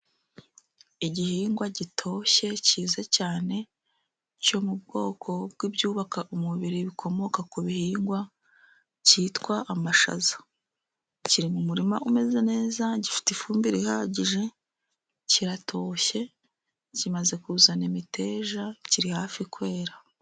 Igihingwa gitoshye cyiza cyane. Cyo mu bwoko bw'ibyubaka umubiri. Bikomoka ku gihingwa cyitwa amashyaza. Kiri mu murima umeze neza. Gifite ifumbire ihagije kiratoshye. Kimaze kuzana imiteja kiri hafi kwera.